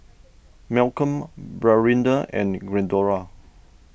Malcolm Brianda and Glendora